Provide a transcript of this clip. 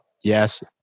Yes